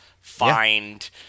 find